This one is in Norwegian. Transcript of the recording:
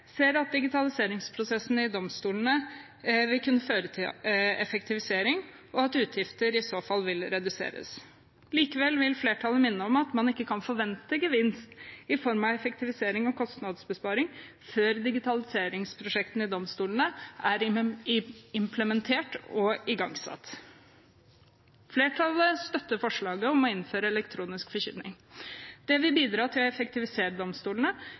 ser at digitaliseringsprosessen i domstolene vil kunne føre til effektivisering, og at utgiftene i så fall vil reduseres. Likevel vil flertallet minne om at man ikke kan forvente en gevinst i form av effektivisering og kostnadsbesparing før digitaliseringsprosjektene i domstolene er implementert og igangsatt. Flertallet støtter forslaget om å innføre elektronisk forkynning, da det vil bidra til å effektivisere domstolene,